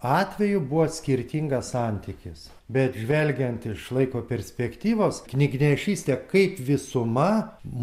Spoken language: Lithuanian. atveju buvo skirtingas santykis bet žvelgiant iš laiko perspektyvos knygnešystė kaip visuma